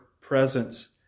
presence